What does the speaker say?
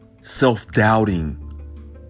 self-doubting